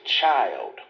child